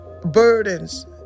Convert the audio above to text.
burdens